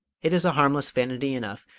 it is a harmless vanity enough,